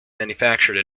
manufactured